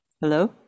Hello